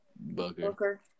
Booker